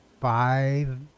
five